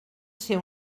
ser